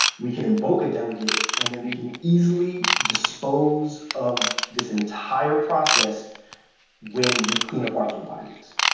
we can invoke a delegate, and then we can easily dispose of this entire process when we clean up our view bindings.